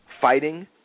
fighting